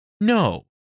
no